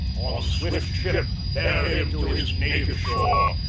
on swift ship bear him to his native shore,